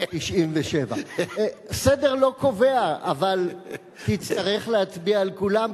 97. סדר לא קובע אבל תצטרך להצביע על כולן,